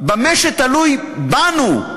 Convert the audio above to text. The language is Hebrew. במה שתלוי בנו,